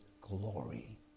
glory